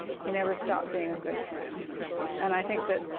he never stopped being a good friend and i think that